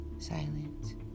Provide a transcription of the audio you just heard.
Silence